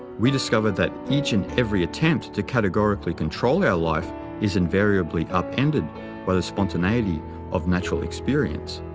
we discover that each and every attempt to categorically control our life is invariably upended by the spontaneity of natural experience.